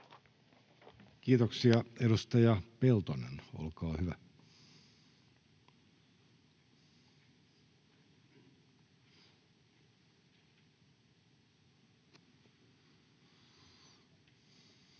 Kiitoksia. — Edustaja Lehtinen, olkaa hyvä. [Speech